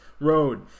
road